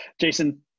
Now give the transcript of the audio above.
Jason